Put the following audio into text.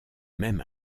même